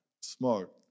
smart